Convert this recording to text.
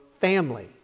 family